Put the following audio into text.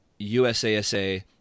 USASA